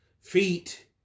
feet